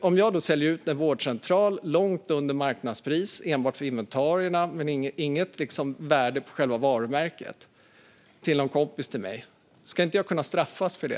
Om jag då säljer ut en vårdcentral långt under marknadspris till en kompis, om jag sätter ett värde enbart på inventarierna och inte på varumärket, ska jag inte kunna straffas för det?